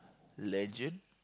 legend